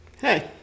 Hey